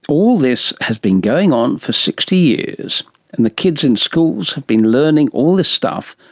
all this has been going on for sixty years and the kids in schools have been learning all this stuff,